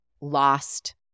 lost